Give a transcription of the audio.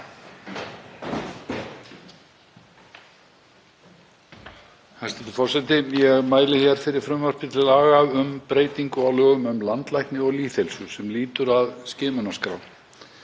Hæstv. forseti. Ég mæli fyrir frumvarpi til laga um breytingu á lögum um landlækni og lýðheilsu sem lýtur að skimunarskrá.